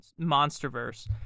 MonsterVerse